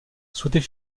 souhaitait